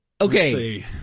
Okay